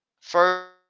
First